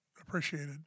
appreciated